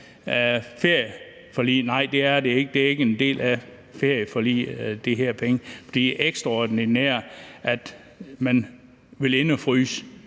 Nej, det er det ikke. De her penge er ikke en del af ferieforliget. Det er ekstraordinært, at man vil indefryse